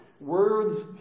words